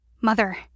Mother